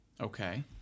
Okay